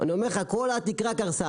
אני אומר לך כל התקרה קרסה.